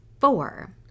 Four